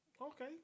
Okay